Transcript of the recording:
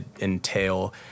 entail